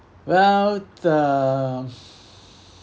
well the